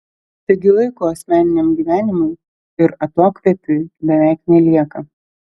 taigi laiko asmeniniam gyvenimui ir atokvėpiui beveik nelieka